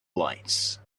lights